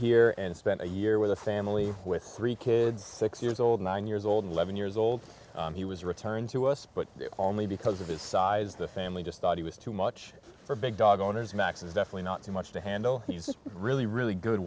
here and spent a year with a family with three kids six years old nine years old eleven years old he was returned to us but only because of his size the family just thought he was too much for big dog owners max is definitely not to much to handle he's just really really good